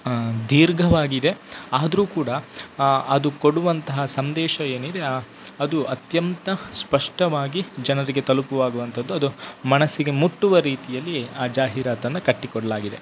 ದೀರ್ಘವಾಗಿದೆ ಆದರೂ ಕೂಡ ಅದು ಕೊಡುವಂತಹ ಸಂದೇಶ ಏನಿದೆ ಅದು ಅತ್ಯಂತ ಸ್ಪಷ್ಟವಾಗಿ ಜನರಿಗೆ ತಲಪುವಂತದ್ದು ಅದು ಮನಸ್ಸಿಗೆ ಮುಟ್ಟುವ ರೀತಿಯಲ್ಲಿ ಆ ಜಾಹೀರಾತನ್ನು ಕಟ್ಟಿಕೊಡಲಾಗಿದೆ